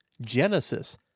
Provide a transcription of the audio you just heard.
Genesis